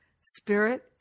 Spirit